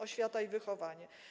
Oświata i wychowanie.